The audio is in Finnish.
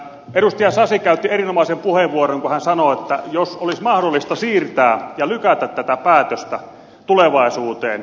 edustaja sasi käytti erinomaisen puheenvuoron kun hän sanoi että voisi olla mahdollista siirtää ja lykätä tätä päätöstä tulevaisuuteen